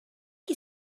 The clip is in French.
qui